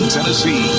Tennessee